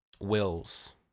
Wills